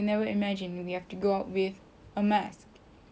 actually we did though remember dulu kalau uh ada SARS